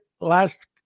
Last